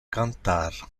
cantar